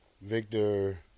Victor